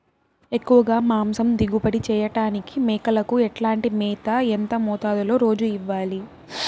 ఎక్కువగా మాంసం దిగుబడి చేయటానికి మేకలకు ఎట్లాంటి మేత, ఎంత మోతాదులో రోజు ఇవ్వాలి?